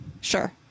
Sure